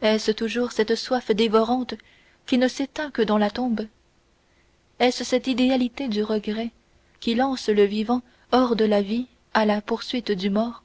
est-ce toujours cette soif dévorante qui ne s'éteint que dans la tombe est-ce cette idéalité du regret qui lance le vivant hors de la vie à la poursuite du mort